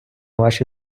ваші